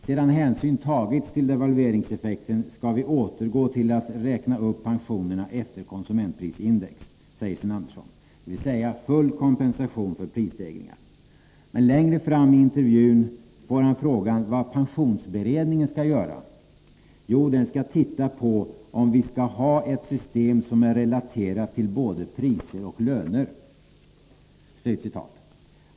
Sedan hänsyn tagits till devalveringseffekten skall vi återgå till att räkna upp pensionerna efter konsumentprisindex, säger Sten Andersson, dvs. full kompensation för prisstegringar. Längre fram i intervjun får han frågan vad pensionsberedningen skall göra. Jo, den skall titta på om vi skall ”ha ett system som är relaterat till både priser och löner”, svarar han.